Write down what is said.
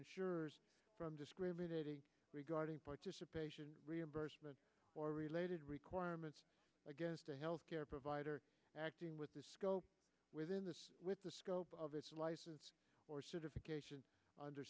insurers from discriminating regarding participation reimbursement or related requirements against a health care provider acting with the scope within the with the scope of its license or certification under